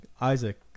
Isaac